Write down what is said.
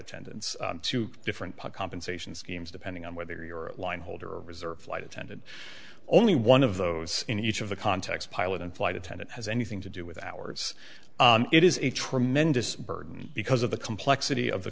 attendants to different part compensation schemes depending on whether you're a line holder or reserve flight attendant only one of those in each of the context pilot and flight attendant has anything to do with ours it is a tremendous burden because of the complexity of the